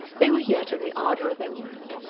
they were yet in the ardour of their work,